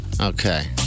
Okay